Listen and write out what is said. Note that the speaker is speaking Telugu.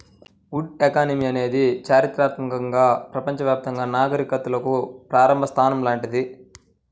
వుడ్ ఎకానమీ అనేది చారిత్రాత్మకంగా ప్రపంచవ్యాప్తంగా నాగరికతలకు ప్రారంభ స్థానం లాంటిది